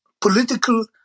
political